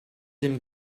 dem